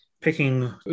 picking